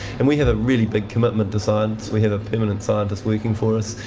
and we have a really big commitment to science. we have a permanent scientist working for us.